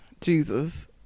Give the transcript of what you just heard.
Jesus